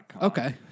Okay